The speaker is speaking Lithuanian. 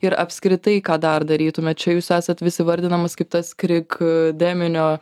ir apskritai ką dar darytumėt čia jūs esat vis įvardinamas kaip tas krik deminio